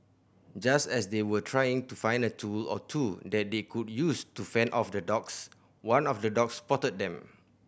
just as they were trying to find a tool or two that they could use to fend off the dogs one of the dogs spotted them